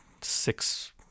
six